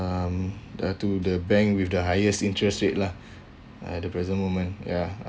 um the to the bank with the highest interest rate lah at the present moment ya